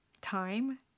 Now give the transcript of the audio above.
time